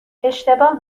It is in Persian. اشتباه